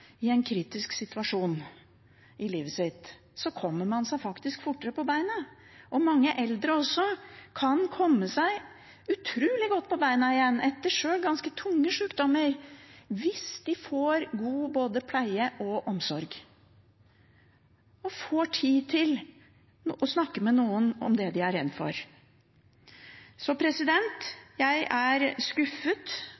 i en kritisk situasjon i livet sitt, kommer man seg faktisk fortere på beina. Også mange eldre kan komme seg utrolig godt på beina igjen, sjøl etter ganske tunge sykdommer, hvis de får god pleie og omsorg og får tid til å snakke med noen om det de er redde for.